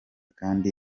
kandi